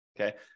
Okay